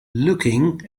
looking